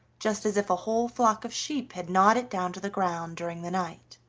just as if a whole flock of sheep had gnawed it down to the ground during the night.